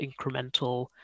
incremental